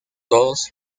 todos